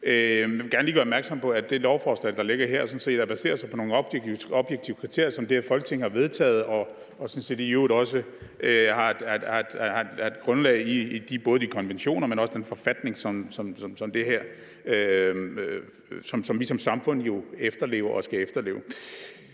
Jeg vil gerne lige gøre opmærksom på, at det lovforslag, der ligger her, sådan set baserer sig på nogle objektive kriterier, som Folketinget har vedtaget, og som i øvrigt også har et grundlag i både de konventioner, men også den forfatning, som vi som samfund jo efterlever og skal efterleve.